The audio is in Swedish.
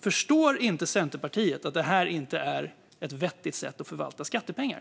Förstår inte Centerpartiet att detta inte är ett vettigt sätt att förvalta skattepengar?